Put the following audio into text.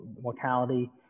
mortality